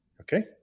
okay